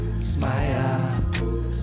smile